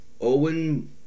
Owen